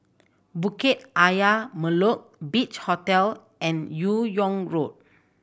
Bukit Ayer Molek Beach Hotel and Yong Road